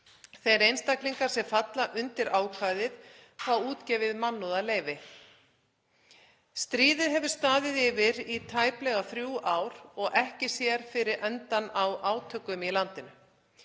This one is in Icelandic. Þeir einstaklingar sem falla undir ákvæðið fá útgefið mannúðarleyfi. Stríðið hefur staðið yfir í tæplega þrjú ár og ekki sér fyrir endann á átökum í landinu.